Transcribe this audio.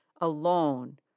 alone